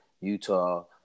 Utah